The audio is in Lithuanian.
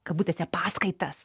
kabutėse paskaitas